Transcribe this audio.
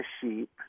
sheep